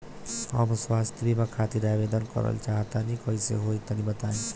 हम स्वास्थ बीमा खातिर आवेदन करल चाह तानि कइसे होई तनि बताईं?